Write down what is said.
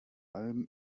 allem